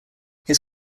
his